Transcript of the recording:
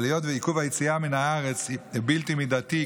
אבל היות שעיכוב היציאה מהארץ הוא בלתי מידתי,